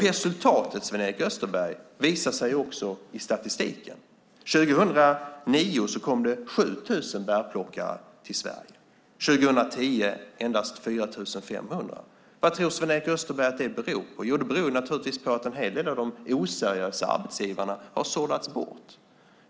Resultatet visar sig också i statistiken, Sven-Erik Österberg. År 2009 kom det 7 000 bärplockare till Sverige. År 2010 var det endast 4 500. Vad tror Sven-Erik Österberg att det beror på? Jo, det beror naturligtvis på att en hel del av de oseriösa arbetsgivarna har sållats bort.